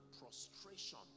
prostration